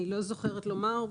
אני לא זוכרת לומר.